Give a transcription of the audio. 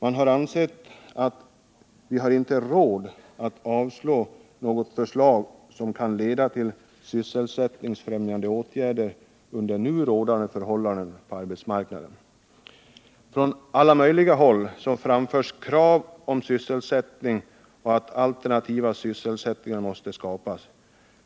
Man har sagt: ”Vi har inte råd att avslå något förslag som kan leda till sysselsättningsfrämjande åtgärder under nu rådande förhållanden på arbetsmarknaden.” Från alla möjliga håll framförs krav på sysselsättning och på alternativa sysselsättningar.